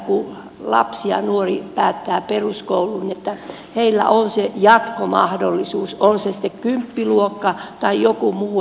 kun lapsi ja nuori päättää peruskoulun niin hänellä on se jatkomahdollisuus on se sitten kymppiluokka tai joku muu